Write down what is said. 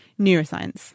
neuroscience